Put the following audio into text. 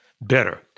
better